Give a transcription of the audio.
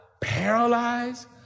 paralyzed